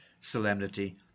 solemnity